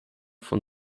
von